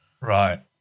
Right